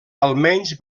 almenys